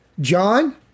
John